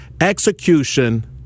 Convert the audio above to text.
execution